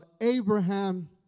Abraham